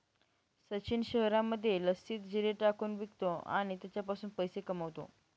सचिन शहरामध्ये लस्सीत जिरे टाकून विकतो आणि त्याच्यापासून पैसे कमावतो